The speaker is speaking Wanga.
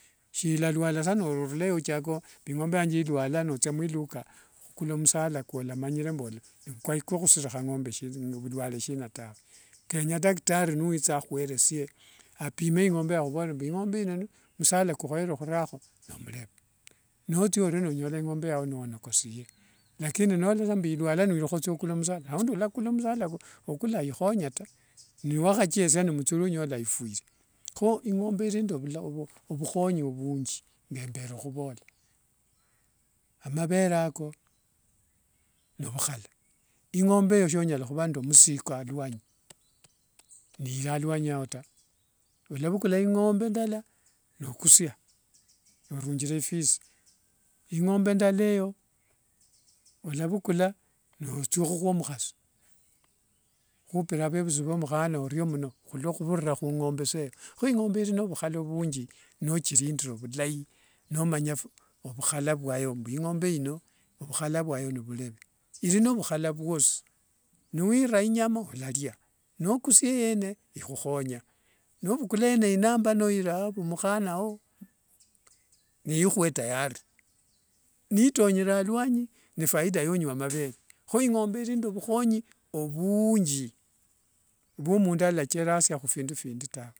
Shilaluala sa norureo nothaka mbu ingombe yange iluala nothia mwiluka okhukula musala kolomanyire nikwohusirikha vulwale ingombe shina sina we. Kenya daktari niwitha ahueresie apime ingombe akhuvorere mbu ingombe ino musala kwohoere hurakho nemulemu. Notsia oryo walanyola ingombe nonyokosie lakini nolola sa mbu iluala n wirukha huthia khukula musala aundi walakula musala okwala ikhonya ta niwahathieresia n muthuli onyala ifwire. Kho ingombe iriende vukhonyi vunji ngemberekhuvola amavere ako novukhala ingombe eyo sonyala khuva nde mzigo aluanyi nirialuanyi ao taa olavukula ingombe ndala nokusia orunjire ifisi ingombe ndala eyo olavukula nostia khukhwa mukasi hupira vevusi vaa mukhana orio muno orio khuvurira sa khu ngombe saa eyokho ingombe iri novukhala vunji nochirindire vulai nomanyire mbu vukhala vuno novureve iri novukhala vwosi niwira inyala olaria nokusia yeene ikhukhonya novukula yenenomba nora wavumukhana woo nikhwe tayari nitonyere aluanyi ni faida yho onywa mavere at kho ingombe iri nde ovukhonyi ovunji ovwa mundu yalacherasia khufindu phindi taa.